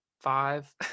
five